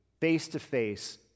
face-to-face